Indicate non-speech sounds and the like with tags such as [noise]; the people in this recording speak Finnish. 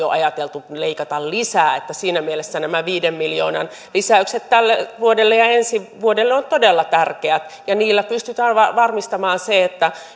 [unintelligible] jo ajateltu leikata lisää siinä mielessä nämä viiden miljoonan lisäykset tälle vuodelle ja ensi vuodelle ovat todella tärkeät ja niillä pystytään varmistamaan se että